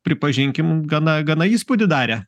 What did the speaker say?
pripažinkim gana gana įspūdį darė